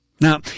Now